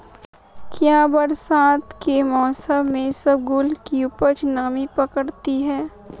क्या बरसात के मौसम में इसबगोल की उपज नमी पकड़ती है?